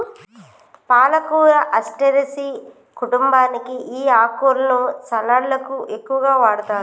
పాలకూర అస్టెరెసి కుంటుంబానికి ఈ ఆకుకూరలను సలడ్లకు ఎక్కువగా వాడతారు